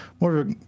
more